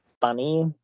funny